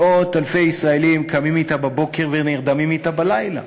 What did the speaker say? מאות אלפי ישראלים קמים אתה בבוקר ונרדמים אתה בלילה,